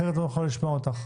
אחרת לא נוכל לשמוע אותך,